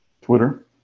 Twitter